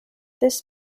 this